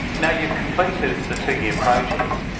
now you've completed the two-year project.